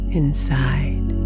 inside